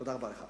תודה רבה לך.